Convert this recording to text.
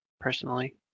personally